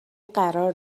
قرار